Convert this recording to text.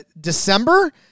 December